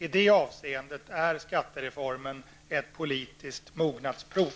I detta avseende är skattereformen ett politiskt mognadsprov.